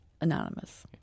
Anonymous